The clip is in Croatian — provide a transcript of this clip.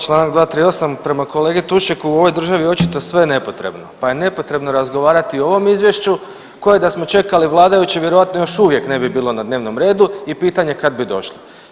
Članak 238. prema kolegi Tušeku u ovoj državi je očito sve nepotrebno, pa je nepotrebno razgovarati o ovom izvješću koje da smo čekali vladajuće vjerojatno još uvijek ne bi bilo na dnevnom redu i pitanje kad bi došlo.